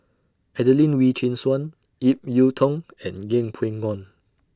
Adelene Wee Chin Suan Ip Yiu Tung and Yeng Pway Ngon